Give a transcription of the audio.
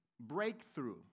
breakthrough